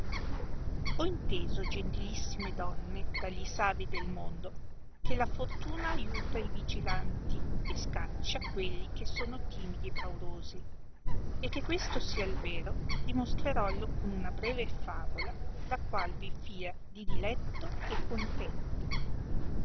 ho inteso gentilissime donne dagli savi del mondo che la fortuna aiuta e vigilanti e scaccia quelli che sono timidi e paurosi e che questo sia il vero dimostrerouo con una breve favola la qual vi fia di diletto e contento